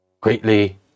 Greatly